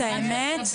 את האמת,